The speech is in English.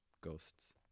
Ghosts